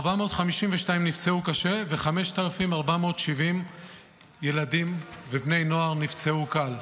452 נפצעו קשה, ו-5,470 ילדים ובני נוער נפצעו קל.